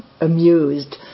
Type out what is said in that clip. amused